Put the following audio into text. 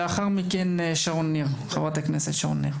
בבקשה.